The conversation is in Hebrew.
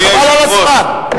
השר, אדוני היושב-ראש, חבל על הזמן.